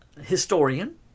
historian